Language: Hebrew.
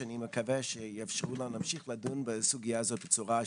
שאני מקווה שיאפשרו לנו להמשיך לדון בסוגייה הזאת בצורה שיטתית,